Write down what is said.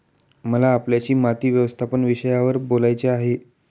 मला आपल्याशी माती व्यवस्थापन विषयावर बोलायचे आहे